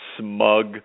smug